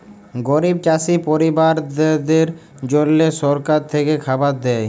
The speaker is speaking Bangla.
গরিব চাষী পরিবারদ্যাদের জল্যে সরকার থেক্যে খাবার দ্যায়